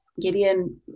Gideon